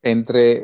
Entre